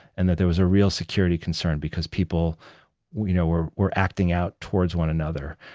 and that there was a real security concern because people you know were were acting out towards one another.